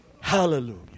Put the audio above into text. Hallelujah